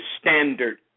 standard